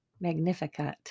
magnificat